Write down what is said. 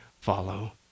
follow